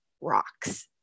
rocks